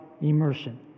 immersion